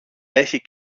έχει